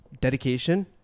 dedication